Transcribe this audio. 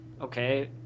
okay